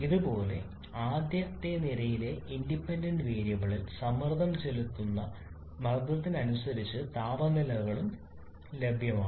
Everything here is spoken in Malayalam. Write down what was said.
അതുപോലെ ആദ്യത്തെ നിരയിലെ ഇൻഡിപെൻഡന്റ് വേരിയബിളിൽ സമ്മർദ്ദം ചെലുത്തുന്ന സമ്മർദ്ദത്തിന് അനുസരിച്ച് താപനില നിലകളും ലഭ്യമാണ്